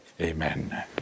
Amen